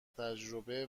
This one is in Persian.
تجربه